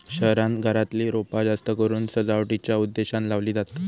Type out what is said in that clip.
शहरांत घरातली रोपा जास्तकरून सजावटीच्या उद्देशानं लावली जातत